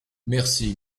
merci